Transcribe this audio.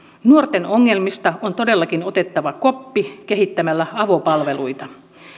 nuorten ongelmista on todellakin otettava koppi kehittämällä avopalveluita